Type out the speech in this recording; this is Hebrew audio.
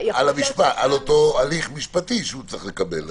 על אותו הליך משפטי שהוא צריך לקבל.